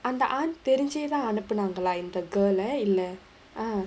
அந்த:andha aunt தெரிஞ்சேதா அனுப்புனாங்களா இந்த:therinjaethaa anuppunaangalaa intha girl ah இல்ல:illa eh